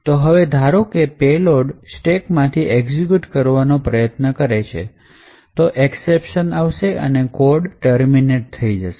તો હવે ધારો કે payload સ્ટેકમાંથી એક્ઝિક્યુટ કરવાનો પ્રયત્ન કરે છે તો એક્શેપશન આવશે અને code ટર્મિનેટ થઇ જશે